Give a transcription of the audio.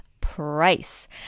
price